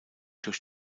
durch